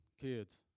kids